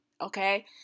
Okay